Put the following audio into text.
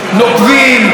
יסודיים,